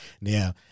Now